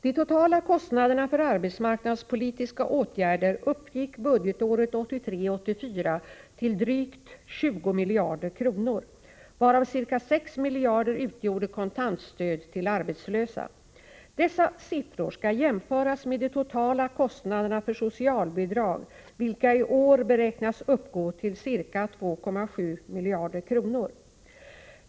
De totala kostnaderna för arbetsmarknadspolitiska åtgärder uppgick budgetåret 1983/84 till drygt 20 miljarder kronor, varav ca 6 miljarder utgjorde kontantstöd till arbetslösa. Dessa siffror skall jämföras med de totala kostnaderna för socialbidrag, vilka i år beräknas uppgå till ca 2,7 miljarder kronor.